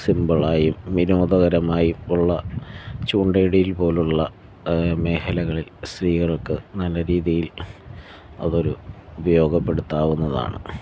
സിംപിളായും വിനോദകരമായി ഉള്ള ചൂണ്ട ഇടൽ പോലുള്ള മേഖലകളിൽ സ്ത്രീകൾക്ക് നല്ല രീതിയിൽ അതൊരു ഉപയോഗപ്പെടുത്താവുന്നതാണ്